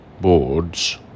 boards